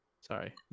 Sorry